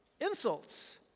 insults